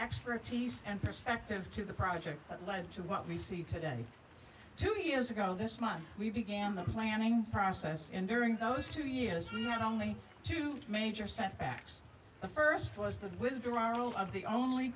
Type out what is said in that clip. expertise and perspective to the project that led to what we see today two years ago this month we began the planning process and during those two years we had only two major setbacks the first was the